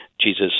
Jesus